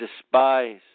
despise